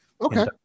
Okay